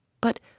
But